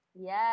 Yes